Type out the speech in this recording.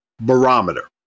Barometer